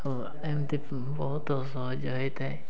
ଏମିତି ବହୁତ ସହଜ ହୋଇଥାଏ